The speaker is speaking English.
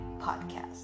Podcast